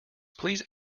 please